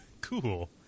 cool